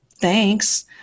Thanks